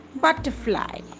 butterfly